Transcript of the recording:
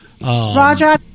Roger